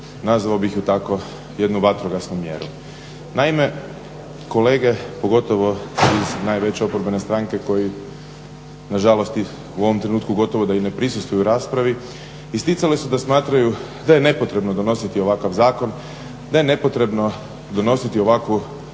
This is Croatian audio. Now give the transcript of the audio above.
nazvao bih je tako jednu vatrogasnu mjeru. Naime, kolege pogotovo iz najveće oporbene stranke koji na žalost u ovom trenutku gotovo da i ne prisustvuju raspravi isticale su da smatraju da je nepotrebno donositi ovakav zakon, da je nepotrebno donositi ovakvu